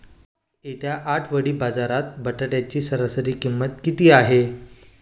येत्या आठवडी बाजारात बटाट्याची सरासरी किंमत किती आहे?